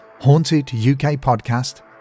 hauntedukpodcast